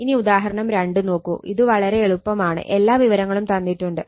ഇനി ഉദാഹരണം 2 നോക്കൂ ഇത് വളരെ എളുപ്പമാണ് എല്ലാ വിവരങ്ങളും തന്നിട്ടുണ്ട്